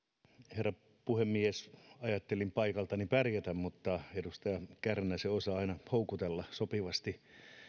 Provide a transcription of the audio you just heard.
herra puhemies ajattelin paikaltani pärjätä mutta edustaja kärnä se osaa aina houkutella sopivasti